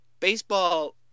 baseball